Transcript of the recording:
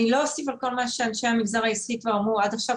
אני לא אוסיף על כל מה שאנשי המגזר העסקי כבר אמרו עד עכשיו.